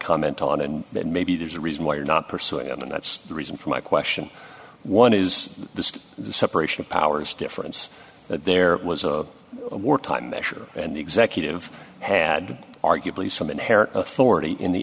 comment on and maybe there's a reason why you're not pursuing it and that's the reason for my question one is this the separation of powers difference that there was a wartime measure and the executive had arguably some inherent authority in the